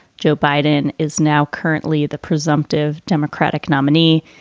joe biden is now currently the presumptive democratic nominee.